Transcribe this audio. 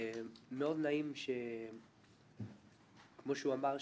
מאוד נעים כמו שהוא אמר,